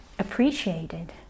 appreciated